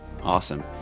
Awesome